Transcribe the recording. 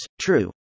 True